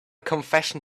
confession